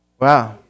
wow